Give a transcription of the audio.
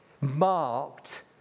marked